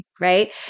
right